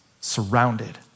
surrounded